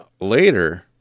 later